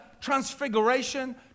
transfiguration